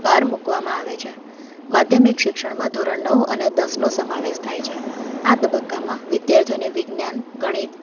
ભાર મૂકવામાં આવે છે માધ્યમિક શિક્ષણમાં ધોરણ નવ અને દસનો સમાવેશ થાય છે આ તબક્કામાં વિદ્યાર્થીઓને વિજ્ઞાન ગણિત